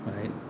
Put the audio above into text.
right